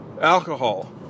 Alcohol